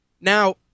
Now